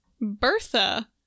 Bertha